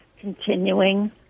continuing